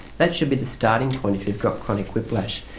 that should be the starting point if you've got chronic whiplash.